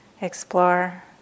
explore